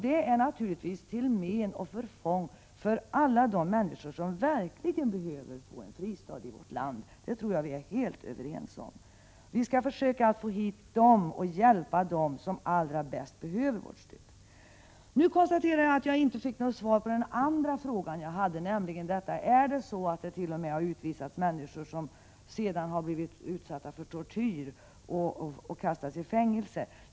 Det är naturligtvis till men och till förfång för alla de människor som verkligen behöver få en fristad i vårt land. Det tror jag vi är helt överens om. Vi skall försöka få hit och hjälpa dem som allra bäst behöver vårt stöd. Jag konstaterar att jag inte fick något svar på min andra fråga om huruvida det är så att människor som har utvisats sedan har blivit utsatta för tortyr och kastats i fängelse.